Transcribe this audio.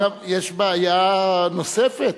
יש בעיה נוספת.